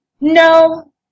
No